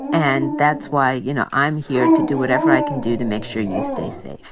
and that's why, you know, i'm here to do whatever i can do to make sure you stay safe